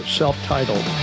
self-titled